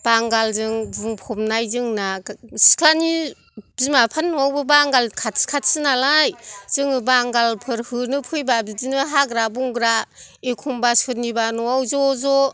बांगालजों बुंफबनाय जोंना बिमा बिफानि न'आवबो बांगाल खाथि खाथि नालाय जोङो बांगालफोर होनो फैबा बिदिनो हाग्रा बंग्रा एखमबा सोरनिबा न'आव ज' ज'